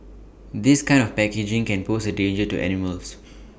this kind of packaging can pose A danger to animals